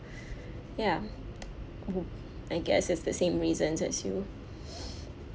ya I guess it's the same reasons as you